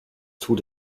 tut